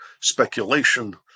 speculation